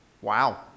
Wow